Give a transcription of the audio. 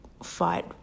fight